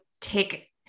take